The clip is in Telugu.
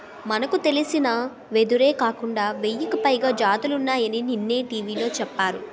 మనకు తెలిసిన వెదురే కాకుండా వెయ్యికి పైగా జాతులున్నాయని నిన్ననే టీ.వి లో చెప్పారు